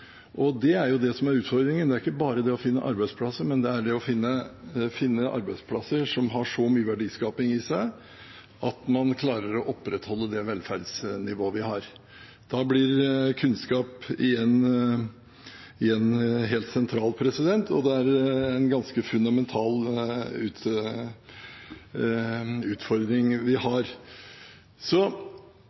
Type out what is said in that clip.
Det er det som er utfordringen. Det er ikke bare det å finne arbeidsplasser, men det er det å finne arbeidsplasser som har så mye verdiskaping i seg at man klarer å opprettholde det velferdsnivået vi har. Da blir kunnskap igjen helt sentralt, og det er en ganske fundamental utfordring vi har.